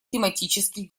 тематических